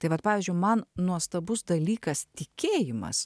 tai vat pavyzdžiui man nuostabus dalykas tikėjimas